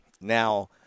Now